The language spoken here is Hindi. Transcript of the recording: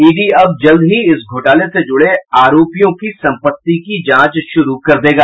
ईडी अब जल्द ही इस घोटाले से जूड़े आरोपियों की संपत्ति की जांच शुरू कर देगा